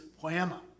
poema